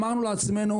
אמרנו לעצמנו,